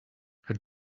her